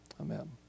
Amen